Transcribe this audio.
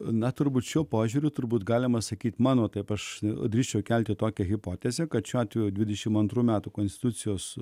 na turbūt šiuo požiūriu turbūt galima sakyti mano taip aš drįsčiau kelti tokią hipotezę kad šiuo atveju dvidešim antrų metų konstitucijos